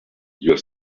your